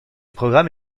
programme